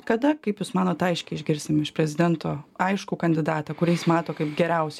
kada kaip jūs manot aiškiai išgirsim iš prezidento aiškų kandidatą kurį jis mato kaip geriausią